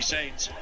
Saints